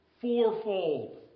fourfold